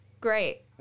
great